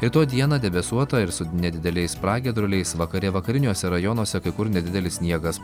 rytoj dieną debesuota ir su nedideliais pragiedruliais vakare vakariniuose rajonuose kai kur nedidelis sniegas